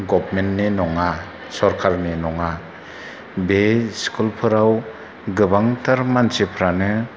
गबमेन्टनि नङा सरखारनि नङा बे स्कुलफोराव गोबांथार मानसिफ्रानो